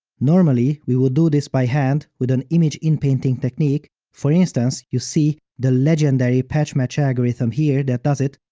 normally, we would do this by hand, with an image inpainting technique, for instance, you see the legendary patchmatch algorithm here that does it,